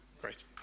Great